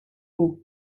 hauts